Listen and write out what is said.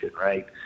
right